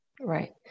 Right